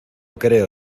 creo